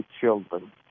children